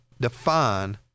define